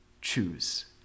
choose